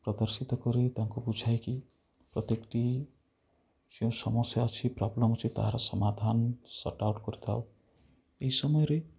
ପ୍ରଦର୍ଶିତ କରି ତାଙ୍କୁ ବୁଝାଇକି ପ୍ରତ୍ୟେକଟି ସେ ସମସ୍ୟା ଅଛି ପ୍ରୋବଲମ୍ ଅଛି ତାର ସମାଧାନ ସଟ୍ଆଉଟ୍ କରିଥାଉ ଏଇ ସମୟରେ